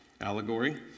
allegory